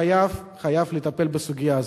הוא חייב לטפל בסוגיה הזאת.